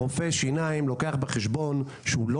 רופא השיניים לוקח בחשבון שהוא לא